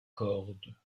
corde